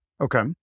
Okay